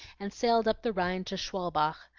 and sailed up the rhine to schwalbach,